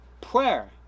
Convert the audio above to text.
prayer